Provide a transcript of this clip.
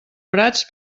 prats